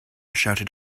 shouted